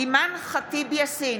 אימאן ח'טיב יאסין,